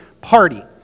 party